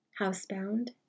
housebound